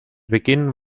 beginn